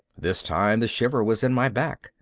this time the shiver was in my back.